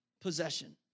possession